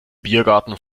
biergarten